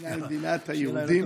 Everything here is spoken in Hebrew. היא מדינת היהודים,